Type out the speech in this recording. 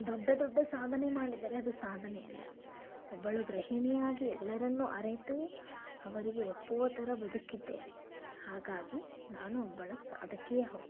ದೊಡ್ಡ ದೊಡ್ಡ ಸಾಧನೆ ಮಾಡಿದರೆ ಅದು ಸಾಧನೆ ಅಲ್ಲ ಒಬ್ಬಳು ಗೃಹಿಣಿ ಆಗಿ ಎಲ್ಲರನ್ನು ಅರಿತು ಅವರಿಗೆ ಒಪ್ಪುವ ಥರ ಬದುಕಿದ್ದೇನೆ ಹಾಗಾಗಿ ನಾನು ಒಬ್ಬಳು ಸಾಧಕಿಯೇ ಹೌದು